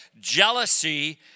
Jealousy